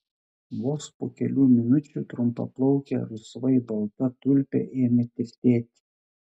vos po kelių minučių trumpaplaukė rusvai balta tulpė ėmė tirtėti